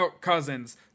cousins